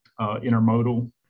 intermodal